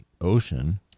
ocean